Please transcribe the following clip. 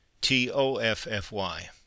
T-O-F-F-Y